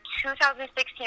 2016